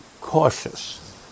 cautious